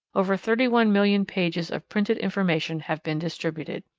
over thirty-one million pages of printed information have been distributed.